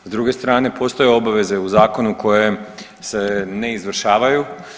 S druge strane postoje obaveze u zakonu koje se ne izvršavaju.